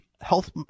health